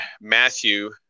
Matthew